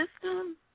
system